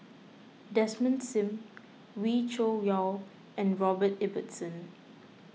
Desmond Sim Wee Cho Yaw and Robert Ibbetson